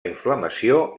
inflamació